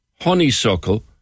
honeysuckle